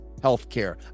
healthcare